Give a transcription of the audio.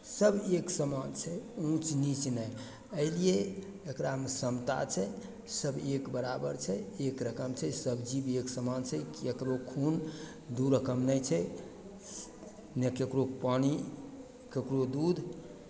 सभ एकसमान छै ऊँच नीँच नहि एहिलिए जकरामे क्षमता छै सभ एक बराबर छै एक रकम छै सभ जीव एकसमान छै ककरो खून दू रकम नहि छै ने ककरो पानि ककरो दूध